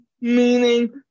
meaning